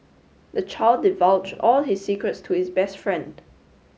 the child divulge all his secrets to his best friend